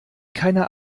keiner